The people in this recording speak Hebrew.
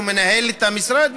שהוא מנהל את המשרד,